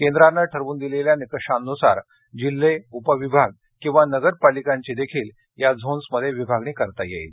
केंद्रानं ठरवून दिलेल्या निकषांनुसार जिल्हे उप विभाग किंवा नगर पालिकांची देखील या झोन्समध्ये विभागणी करता येईल